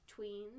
Tweens